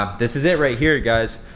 um this is it right here guys.